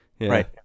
Right